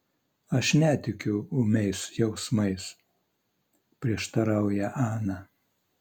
aš netikiu ūmiais jausmais prieštarauja ana